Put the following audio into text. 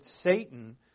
Satan